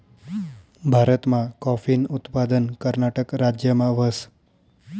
भारतमा काॅफीनं उत्पादन कर्नाटक राज्यमा व्हस